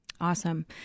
Awesome